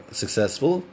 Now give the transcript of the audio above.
successful